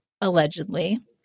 allegedly